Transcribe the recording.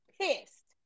pissed